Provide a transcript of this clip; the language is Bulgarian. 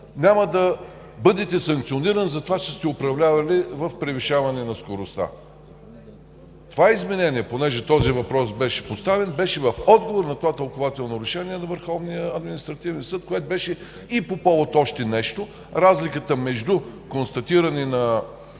няма да бъдете санкциониран за това, че сте управлявали в превишаване на скоростта. Това изменение, понеже този въпрос беше поставен, беше в отговор на това тълкувателно решение на Върховния административен съд, което беше и по повод още нещо – разликата между констатиране на